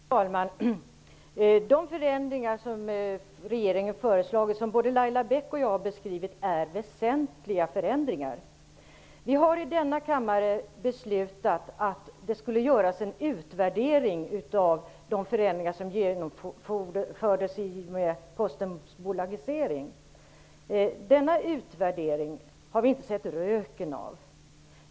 Fru talman! De förändringar som regeringen har föreslagit och som både Laila Bäck och jag har beskrivit är väsentliga. Vi har i denna kammare beslutat att det skulle göras en utvärdering av de förändringar som genomfördes i och med Postens bolagisering. Denna utvärdering har vi inte sett röken av.